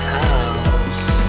house